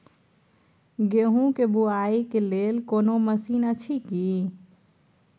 गेहूँ के बुआई के लेल कोनो मसीन अछि की?